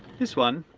this one,